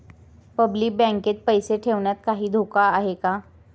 Public बँकेत पैसे ठेवण्यात काही धोका आहे का?